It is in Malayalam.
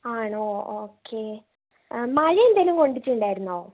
ആണോ ഓക്കേ മഴ എന്തെങ്കിലും കൊണ്ടിട്ടുണ്ടായിരുന്നോ